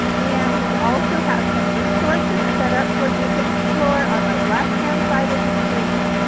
and we also have some resources set up for you to explore on the left-hand side of the screen.